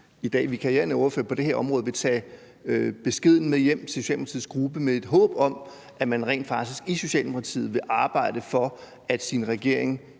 vikarierende ordfører på det her område i dag vil tage beskeden med hjem til Socialdemokratiets gruppe, i håb om at man rent faktisk i Socialdemokratiet vil arbejde for, at ens regering